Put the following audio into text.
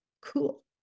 cool